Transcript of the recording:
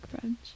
French